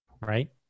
right